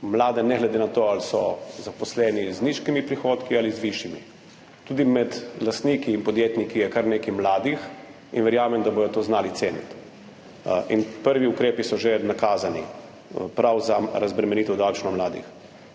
mlade, ne glede na to, ali so zaposleni z nizkimi prihodki ali z višjimi. Tudi med lastniki in podjetniki je kar nekaj mladih in verjamem, da bodo to znali ceniti. In prvi ukrepi prav za davčno razbremenitev mladih so že nakazani.